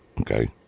Okay